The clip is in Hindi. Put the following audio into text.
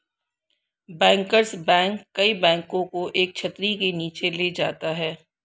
बैंकर्स बैंक कई बैंकों को एक छतरी के नीचे ले जाता है